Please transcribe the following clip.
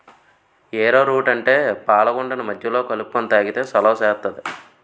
ఏరో route అంటే పాలగుండని మజ్జిగలో కలుపుకొని తాగితే సలవ సేత్తాది